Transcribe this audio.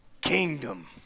kingdom